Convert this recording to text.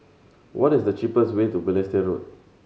what is the cheapest way to Balestier Road